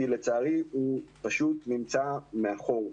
לצערי הוא פשוט נמצא מאחור.